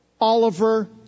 Oliver